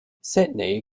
sydney